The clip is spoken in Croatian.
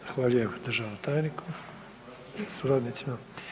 Zahvaljujem državnom tajniku i suradnicima.